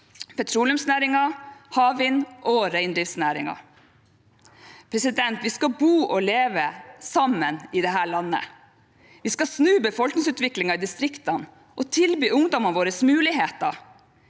petroleumsnæringen, havvind og reindriftsnæringen. Vi skal bo og leve sammen i dette landet. Vi skal snu befolkningsutviklingen i distriktene og tilby ungdommene våre muligheter.